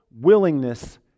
willingness